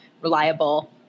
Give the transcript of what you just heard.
reliable